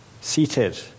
seated